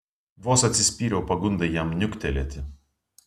vos atsispyriau pagundai jam niuktelėti